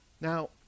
Now